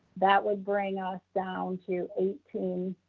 that would bring us down to eighteen,